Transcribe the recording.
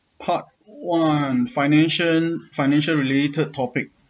part one financial financial related topic